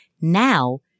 Now